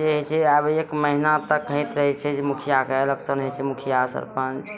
जे होइ छै आब एक महीना तक होइत रहै छै मुखियाके एलेक्शन होइ छै मुखिया सरपञ्च